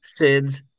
SIDS